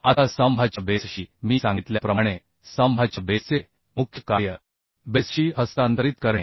आता स्तंभाच्या बेसशी मी सांगितल्याप्रमाणे स्तंभाच्या बेसचे मुख्य कार्य म्हणजे स्तंभाचे भार त्याच्या बेसशी हस्तांतरित करणे